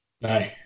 No